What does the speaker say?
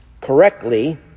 correctly